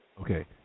Okay